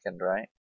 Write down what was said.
right